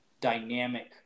dynamic